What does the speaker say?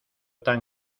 tan